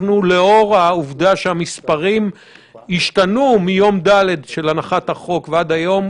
לאור העובדה שהמספרים השתנו מיום ד' של הנחת החוק ועד היום,